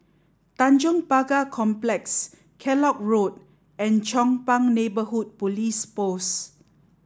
Tanjong Pagar Complex Kellock Road and Chong Pang Neighbourhood Police Post